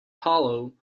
hollow